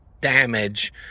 damage